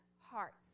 hearts